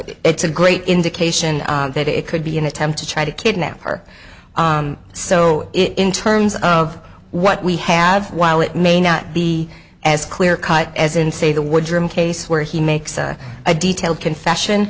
it's a great indication that it could be an attempt to try to kidnap her so in terms of what we have while it may not be as clear cut as in say the woodrum case where he makes a detailed confession